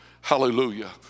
Hallelujah